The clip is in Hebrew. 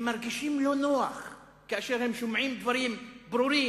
הם מרגישים לא נוח כאשר הם שומעים דברים ברורים,